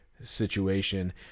situation